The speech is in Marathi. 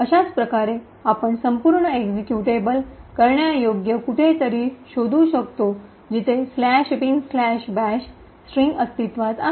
अशाच प्रकारे आपण संपूर्ण एक्सिक्यूटेबल करण्यायोग्य कुठेतरी शोधू शकतो जिथे " bin bash" स्ट्रिंग अस्तित्वात आहे